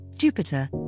Jupiter